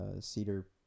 Cedar